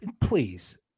Please